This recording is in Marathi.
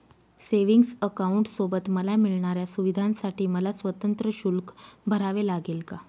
सेविंग्स अकाउंटसोबत मला मिळणाऱ्या सुविधांसाठी मला स्वतंत्र शुल्क भरावे लागेल का?